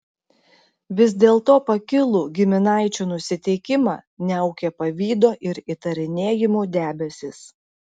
vis dėlto pakilų giminaičių nusiteikimą niaukė pavydo ir įtarinėjimų debesys